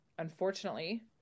unfortunately